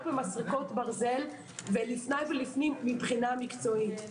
במסרקות ברזל ולפני ולפנים מבחינה מקצועית.